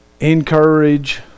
Encourage